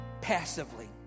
passively